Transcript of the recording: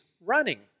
running